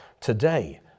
today